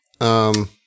Um-